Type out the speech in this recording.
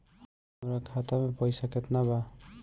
हमरा खाता में पइसा केतना बा?